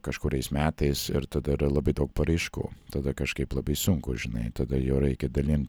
kažkuriais metais ir tada yra labai daug paraiškų tada kažkaip labai sunku žinai tada jau reikia dalint